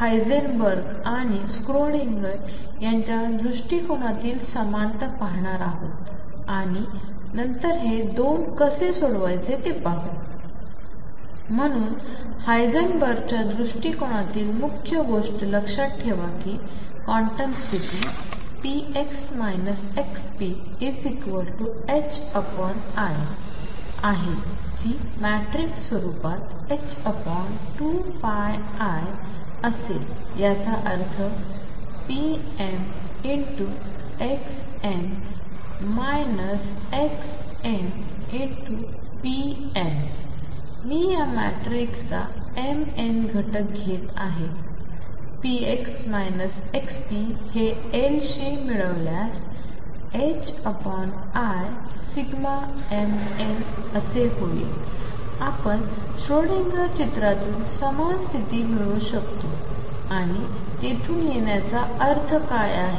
Heisenberg आणि Schrodinger यांच्या दृष्टिकोनातील समानता पाहणार आहोत आणि नंतर हे २ कसे जोडायचे ते पाहू म्हणून हायसेनबर्गच्या दृष्टिकोनातील मुख्य गोष्ट लक्षात ठेवा कि क्वांटम स्थिती px xpi आहे जी मॅट्रिक्स स्वरूपात h2πi असेल याचा अर्थ pmlxln xmlpln मी या मॅट्रिक्सचा mn घटक घेत आहे px xp हे l शी मिळवल्यास imnअसे होईल आपण श्रोडिंगर चित्रातून समान स्थिती मिळवू शकतो आणि तिथून येण्याचा अर्थ काय आहे